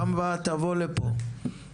לפני שנתיים היה פרויקט משותף למשרד האנרגיה,